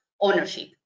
ownership